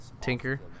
Tinker